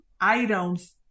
items